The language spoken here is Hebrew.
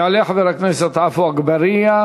יעלה חבר הכנסת עפו אגבאריה,